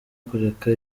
kureka